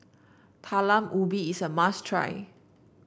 Talam Ubi is a must try